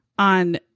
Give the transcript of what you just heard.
on